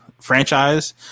franchise